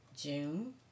June